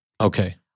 Okay